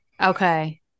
Okay